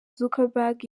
zuckerberg